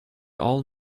all